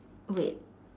wait